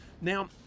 now